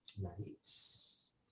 Nice